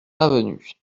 avenue